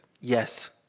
Yes